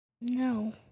No